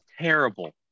terrible